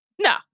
No